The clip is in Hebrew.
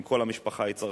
אם כל המשפחה היא צרכנית,